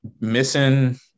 missing